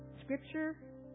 scripture